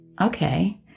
okay